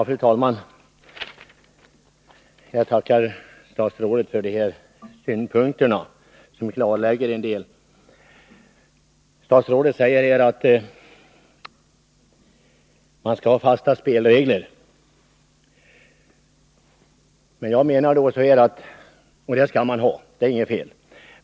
Fru talman! Jag tackar statsrådet för de här synpunkterna, som klarlägger en del. Statsrådet säger att man skall ha fasta spelregler. Och det skall man ha, det är inget fel.